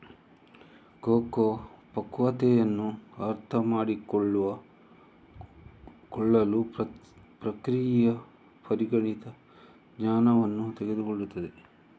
cocoa ಪಕ್ವತೆಯನ್ನು ಅರ್ಥಮಾಡಿಕೊಳ್ಳಲು ಪ್ರಕ್ರಿಯೆಯು ಪರಿಣಿತ ಜ್ಞಾನವನ್ನು ತೆಗೆದುಕೊಳ್ಳುತ್ತದೆ